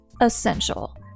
essential